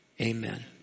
Amen